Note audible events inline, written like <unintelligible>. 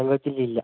<unintelligible>